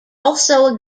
also